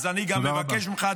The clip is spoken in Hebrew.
אז אני גם מבקש ממך,